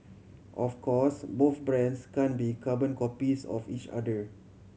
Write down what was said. of course both brands can't be carbon copies of each other